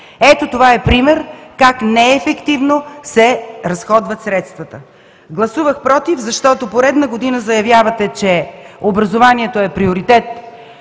Ето това е пример как неефективно се разходват средствата. Гласувах „против“, защото поредна година заявявате, че образованието е приоритет